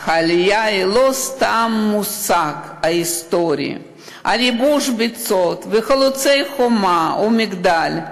אך העלייה היא לא סתם מושג היסטורי של ייבוש ביצות וחלוצי "חומה ומגדל".